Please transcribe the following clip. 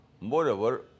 moreover